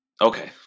Okay